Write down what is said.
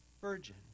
virgin